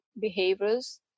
behaviors